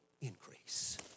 increase